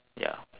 ya